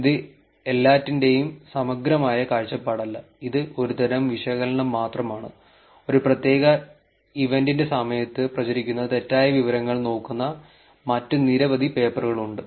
ഇത് എല്ലാറ്റിന്റെയും സമഗ്രമായ കാഴ്ചപ്പാടല്ല ഇത് ഒരു തരം വിശകലനം മാത്രമാണ് ഒരു പ്രത്യേക ഇവന്റിന്റെ സമയത്ത് പ്രചരിക്കുന്ന തെറ്റായ വിവരങ്ങൾ നോക്കുന്ന മറ്റ് നിരവധി പേപ്പറുകൾ ഉണ്ട്